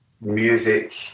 music